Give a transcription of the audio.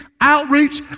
outreach